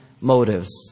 Motives